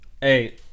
Hey